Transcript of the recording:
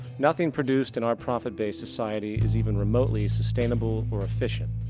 nothing produced in our profit based society is even remotely sustainable or efficient.